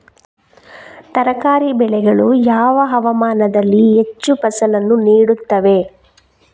ತರಕಾರಿ ಬೆಳೆಗಳು ಯಾವ ಹವಾಮಾನದಲ್ಲಿ ಹೆಚ್ಚು ಫಸಲನ್ನು ನೀಡುತ್ತವೆ?